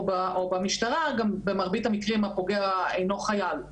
וגם במרבית המקרים הפוגע הוא אינו חייל,